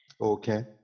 Okay